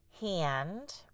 hand